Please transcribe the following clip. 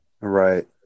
right